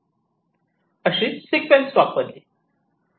अशी सिक्वेन्स वापरली